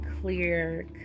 clear